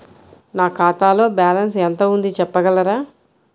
నా ఖాతాలో బ్యాలన్స్ ఎంత ఉంది చెప్పగలరా?